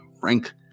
Frank